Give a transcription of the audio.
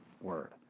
word